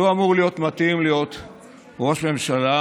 לא אמור להיות מתאים להיות ראש ממשלה,